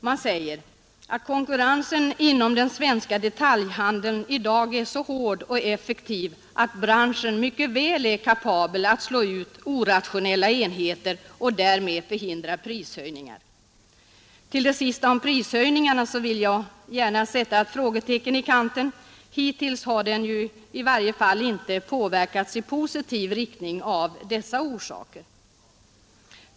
Man säger att konkurrensen inom den svenska detaljhandeln i dag är så hård och effektiv, att branschen mycket väl är kapabel att slå ut orationella enheter och därmed förhindra prishöjningar. Till det sista om prishöjningarna vill jag sätta ett frågetecken i kanten. Hittills har de ju i varje fall inte påverkats i positiv riktning av dessa orsaker.